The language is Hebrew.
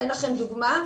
אתן לכם דוגמה.